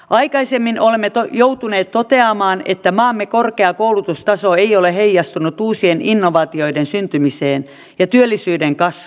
aikaisemmin olemme joutuneet toteamaan että maamme korkea koulutustaso ei ole heijastunut uusien innovaatioiden syntymiseen ja työllisyyden kasvuun